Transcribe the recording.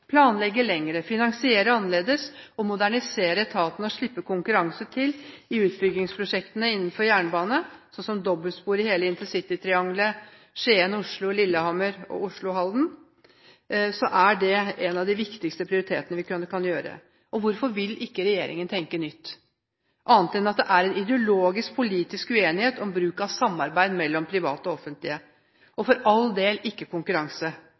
finansiere annerledes, modernisere etatene og slippe til konkurranse i utbyggingsprosjektene innenfor jernbanen – som dobbeltspor i hele intercitytriangelet Skien–Oslo–Lillehammer og Oslo–Halden. Det er en av de viktigste prioriteringene vi kan gjøre. Hvorfor vil ikke regjeringen tenke nytt? Det er en ideologisk politisk uenighet om bruk av samarbeid mellom private og offentlige. Man må for all del ikke ha konkurranse.